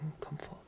comfort